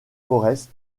forrest